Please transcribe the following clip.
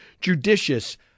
judicious